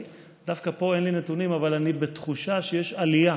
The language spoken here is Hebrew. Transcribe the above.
דווקא פה אין לי נתונים אבל אני בתחושה שיש עלייה